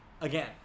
Again